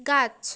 গাছ